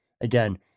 again